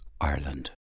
Ireland